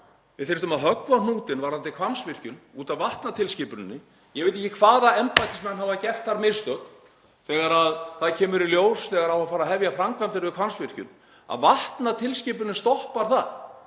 Við þyrftum að höggva á hnútinn varðandi Hvammsvirkjun út af vatnatilskipuninni. Ég veit ekki hvaða embættismenn hafa gert mistök þegar það kom í ljós þegar hefja átti framkvæmdir við Hvammsvirkjun að vatnatilskipunin stoppar það.